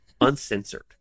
Uncensored